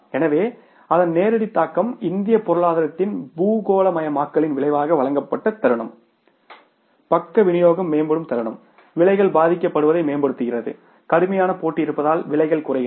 எனவே அதன் நேரடி தாக்கம் இந்திய பொருளாதாரத்தின் பூகோளமயமாக்கலின் விளைவாக வழங்கப்பட்ட தருணம் பக்க விநியோகம் மேம்படும் தருணம் விலைகள் பாதிக்கப்படுவதை மேம்படுத்துகிறது கடுமையான போட்டி இருப்பதால் விலைகள் குறைகின்றன